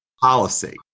policy